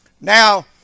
Now